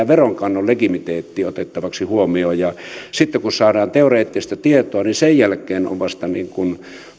veronkannon legitimiteetti otettavaksi huomioon sitten kun saadaan teoreettista tietoa niin vasta sen jälkeen on on